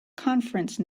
conference